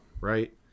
right